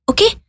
Okay